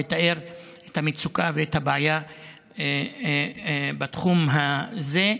לתאר את המצוקה ואת הבעיה בתחום הזה.